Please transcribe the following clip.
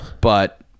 But-